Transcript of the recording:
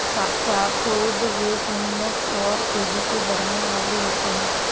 softwood resinous और तेजी से बढ़ने वाले होते हैं